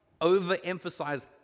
overemphasize